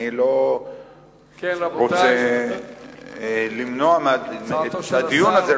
אני לא רוצה למנוע את הדיון הזה,